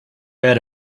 read